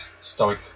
stoic